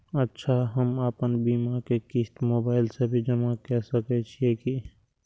अच्छा हम आपन बीमा के क़िस्त मोबाइल से भी जमा के सकै छीयै की?